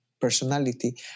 personality